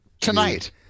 tonight